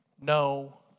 no